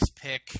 pick